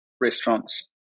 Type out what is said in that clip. restaurants